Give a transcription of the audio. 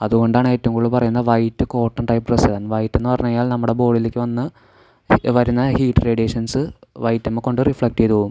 അതുകൊണ്ടാണ് ഏറ്റവും കൂടുതൽ പറയുന്നത് വൈറ്റ് കോട്ടൺ ടൈപ്പ് ഡ്രസ്സ് ഇടാൻ വൈറ്റ് എന്ന് പറഞ്ഞുകഴിഞ്ഞാൽ നമ്മുടെ ബോഡിയിലേക്ക് വന്ന് വരുന്ന ഹീറ്റ് റേഡിയേഷൻസ് വൈറ്റിൻ മേൽ കൊണ്ട് റിഫ്ലെക്റ്റ് ചെയ്ത് പോവും